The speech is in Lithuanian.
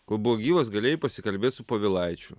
kol buvo gyvas galėjai pasikalbėt su povilaičiu